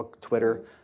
Twitter